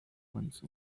once